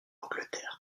angleterre